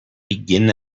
begin